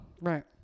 Right